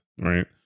right